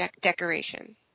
decoration